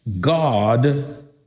God